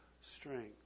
strength